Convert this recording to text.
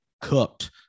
cooked